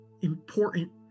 important